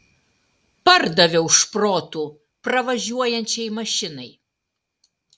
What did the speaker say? pardaviau šprotų pravažiuojančiai mašinai